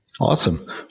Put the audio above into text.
Awesome